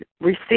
receive